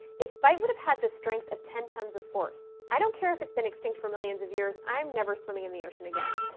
its bite would have had the strength of ten tons of force. i don't care if it's been extinct for millions of years, i'm never swimming in the ocean again.